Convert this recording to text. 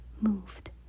moved